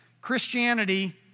Christianity